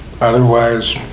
Otherwise